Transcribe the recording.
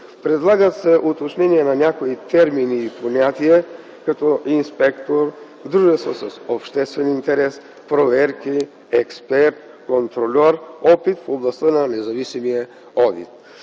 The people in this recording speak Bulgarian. Предлагат се уточнения на някои термини и понятия, като: „инспектор”, „дружества с обществен интерес”, „проверки“, „експерт“, „контрольор”, „опит в областта на независимия